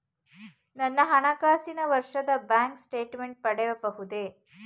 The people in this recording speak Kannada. ನನ್ನ ಹಣಕಾಸಿನ ವರ್ಷದ ಬ್ಯಾಂಕ್ ಸ್ಟೇಟ್ಮೆಂಟ್ ಪಡೆಯಬಹುದೇ?